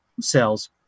cells